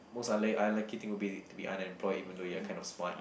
most unlike unlikely thing would be to be unemployed even though you are kind of smart